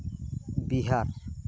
Bihar